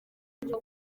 ariko